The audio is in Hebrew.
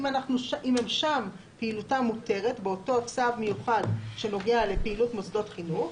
אם שם פעילותם מותרת באותו צו מיוחד שנוגע לפעילות מוסדות חינוך,